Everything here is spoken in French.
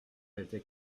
était